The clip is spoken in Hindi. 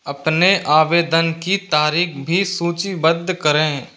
अपने आवेदन की तारीख भी सूचीबद्ध करें